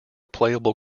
playable